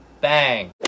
Bang